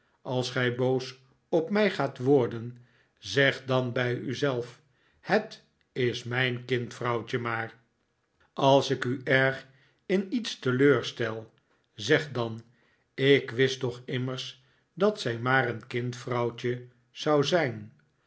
als gij boos op mij gaat worden zeg dan bij u zelf het is mijn kindvrouwtje maar als ik u erg in iets teleurstel zeg dan ik wist toch immers dat zij maar een kind vrouwtje zou zijn